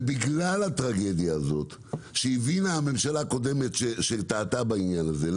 ובגלל הטרגדיה הזאת שהבינה הממשלה הקודמת שטעתה בעניין הזה,